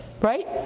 right